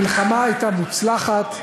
המלחמה הייתה מוצלחת.